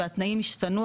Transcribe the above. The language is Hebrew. והתנאים השתנו,